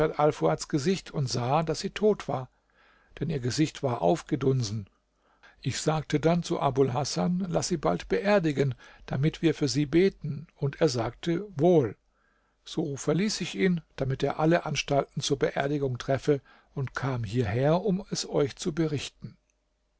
alfuads gesicht und sah daß sie tot war denn ihr gesicht war aufgedunsen ich sagte dann zu abul hasan laß sie bald beerdigen damit wir für sie beten und er sagte wohl so verließ ich ihn damit er alle anstalten zur beerdigung treffe und kam hierher um es euch zu berichten